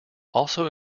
also